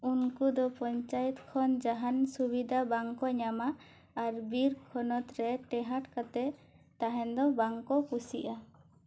ᱩᱱᱠᱩ ᱫᱚ ᱯᱚᱧᱪᱟᱭᱮᱛ ᱠᱷᱚᱱ ᱡᱟᱦᱟᱱ ᱥᱩᱵᱤᱫᱷᱟ ᱵᱟᱝ ᱠᱚ ᱧᱟᱸᱢᱟ ᱟᱨ ᱵᱤᱨ ᱠᱷᱚᱱᱚᱛ ᱨᱮ ᱛᱮᱦᱟᱸᱴ ᱠᱟᱛᱮᱜ ᱛᱟᱦᱮᱱ ᱫᱚ ᱵᱟᱝ ᱠᱚ ᱠᱩᱥᱤᱜᱼᱟ